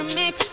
mix